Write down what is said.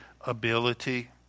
ability